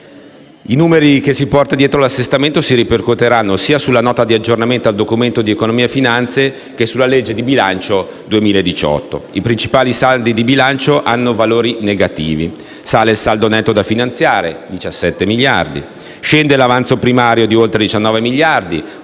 I numeri che si porta dietro l'assestamento si ripercuoteranno sia sulla Nota di aggiornamento al Documento di economia e finanza che sulla legge di bilancio per il 2018. I principali saldi di bilancio hanno valori negativi. Sale il saldo netto da finanziare di 17 miliardi. Scende l'avanzo primario di oltre 19 miliardi,